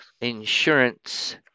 insurance